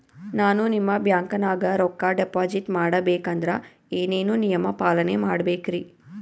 ನಾನು ನಿಮ್ಮ ಬ್ಯಾಂಕನಾಗ ರೊಕ್ಕಾ ಡಿಪಾಜಿಟ್ ಮಾಡ ಬೇಕಂದ್ರ ಏನೇನು ನಿಯಮ ಪಾಲನೇ ಮಾಡ್ಬೇಕ್ರಿ?